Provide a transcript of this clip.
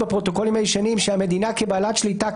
בפרוטוקולים הישנים שהמדינה כבעלת שליטה,